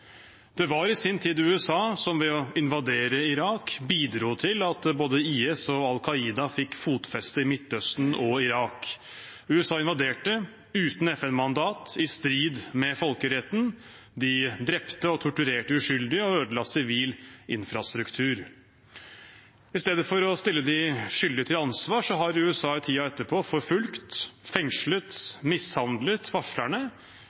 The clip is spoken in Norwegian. Det var i sin tid USA som ved å invadere Irak bidro til at både IS og Al Qaida fikk fotfeste i Midtøsten og Irak. USA invaderte, uten FN-mandat, i strid med folkeretten. De drepte og torturerte uskyldige og ødela sivil infrastruktur. I stedet for å stille de skyldige til ansvar har USA i tiden etterpå forfulgt, fengslet og mishandlet varslerne